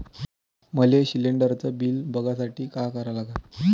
मले शिलिंडरचं बिल बघसाठी का करा लागन?